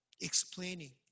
Explaining